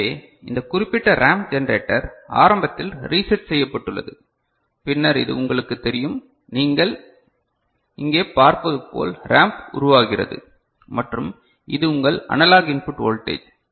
எனவே இந்த குறிப்பிட்ட ரேம்ப் ஜெனரேட்டர் ஆரம்பத்தில் ரீசெட் செய்யப்பட்டுள்ளது பின்னர் இது உங்களுக்குத் தெரியும் நீங்கள் எங்கே பார்ப்பது போல் ரேம்ப் உருவாகிறது மற்றும் இது உங்கள் அனலாக் இன்புட் வோல்டேஜ்